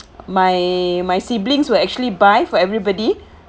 my my siblings will actually buy for everybody